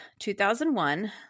2001